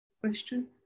question